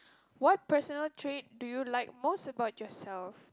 what personal trait do you like most about yourself